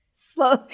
Slow